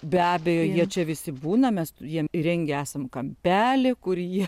be abejo jie čia visi būna mes jiem įrengę esam kampelį kurį jie